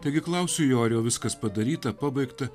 taigi klausiu jorio viskas padaryta pabaigta